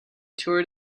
toured